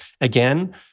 Again